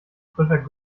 frischer